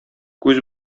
күз